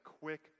quick